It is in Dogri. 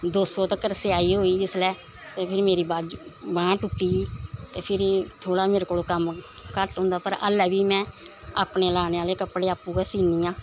दो सौ तकर सेआई होई जिसलै फ्ही ते फिरी मेरी बाजू बांह् टुट्टी गेई ते फिरी थोह्ड़ा मेरे कोलू कम्म घट्ट होंदा पर हाल्लें बी में अपने लाने आह्ले कपड़े आपूं गै सीन्नी आं